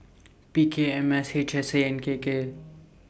P K M S H S A and K K